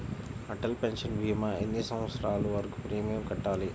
Atal pension భీమా ఎన్ని సంవత్సరాలు వరకు ప్రీమియం కట్టాలి?